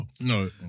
No